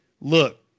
look